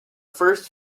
first